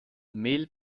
mel